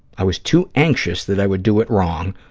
i was too anxious that i would do it wrong,